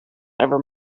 ever